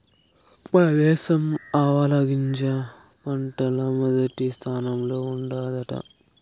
మన దేశం ఆవాలగింజ పంటల్ల మొదటి స్థానంలో ఉండాదట